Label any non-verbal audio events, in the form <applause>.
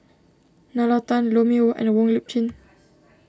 Nalla Tan Lou Mee Wah and Wong Lip Chin <noise>